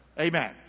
Amen